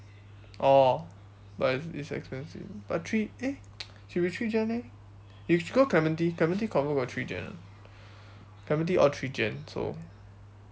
oh but it's it's expensive but three eh should be three gen eh if you should go clementi clementi confirm got three gen [one] clementi all three gen so